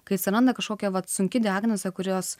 kai atsiranda kažkokia vat sunki diagnozė kurios